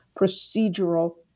procedural